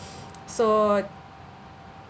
so